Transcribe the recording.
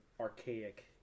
archaic